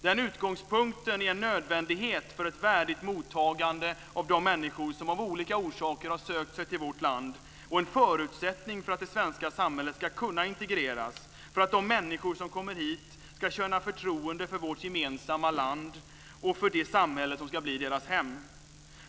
Den utgångspunkten är en nödvändighet för ett värdigt mottagande av de människor som av olika orsaker har sökt sig till vårt land och en förutsättning för att det svenska samhället ska kunna integreras, för att de människor som kommer hit ska känna förtroende för vårt gemensamma land och för det samhälle som ska bli deras hem.